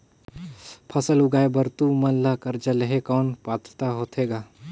फसल उगाय बर तू मन ला कर्जा लेहे कौन पात्रता होथे ग?